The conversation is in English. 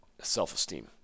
self-esteem